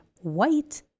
white